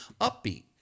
upbeat